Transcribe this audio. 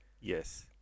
Yes